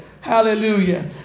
Hallelujah